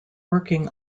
working